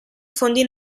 fondi